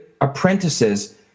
apprentices